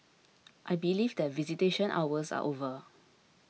I believe that visitation hours are over